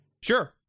Sure